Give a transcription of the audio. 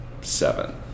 seven